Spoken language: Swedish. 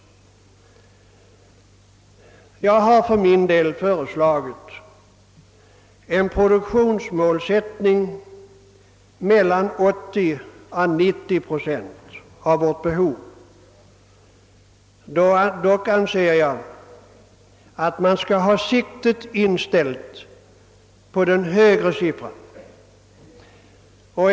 Jag har föreslagit en målsättning för produktionen på mellan 80 och 90 procent av vårt behov. Dock anser jag att man skall ha siktet inställt på den högre siffran.